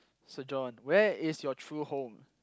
so John where is your true home